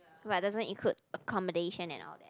but doesn't include accommodation and all that